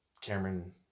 Cameron